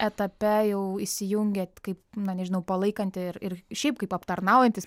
etape jau įsijungiat kaip na nežinau palaikanti ir ir šiaip kaip aptarnaujantis